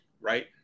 right